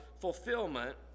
fulfillment